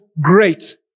great